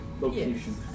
location